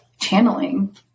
channeling